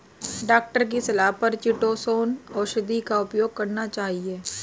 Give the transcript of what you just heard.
doctor की सलाह पर चीटोसोंन औषधि का उपयोग करना चाहिए